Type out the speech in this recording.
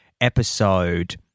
episode